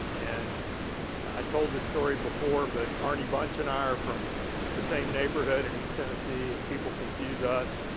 and i told this story before, but arnie bunch and i are from the same neighborhood in east tennessee and people confuse us.